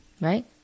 right